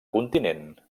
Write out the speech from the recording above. continent